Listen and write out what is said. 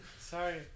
sorry